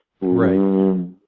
Right